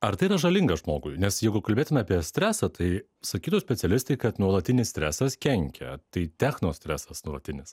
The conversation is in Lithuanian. ar tai yra žalinga žmogui nes jeigu kalbėtume apie stresą tai sakytų specialistai kad nuolatinis stresas kenkia tai technostresas nuolatinis